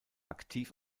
aktiv